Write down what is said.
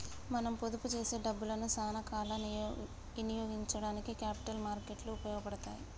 మనం పొదుపు చేసే డబ్బులను సానా కాల ఇనియోగానికి క్యాపిటల్ మార్కెట్ లు ఉపయోగపడతాయి